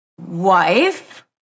wife